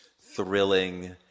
thrilling